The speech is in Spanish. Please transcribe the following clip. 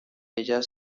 ellas